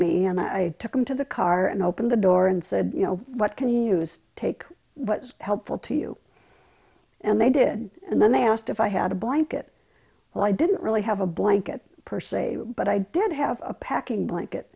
me and i took them to the car and opened the door and said you know what can you use take what's helpful to you and they did and then they asked if i had a blanket and i didn't really have a blanket per se but i did have a packing blanket